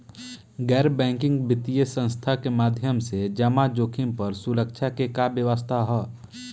गैर बैंकिंग वित्तीय संस्था के माध्यम से जमा जोखिम पर सुरक्षा के का व्यवस्था ह?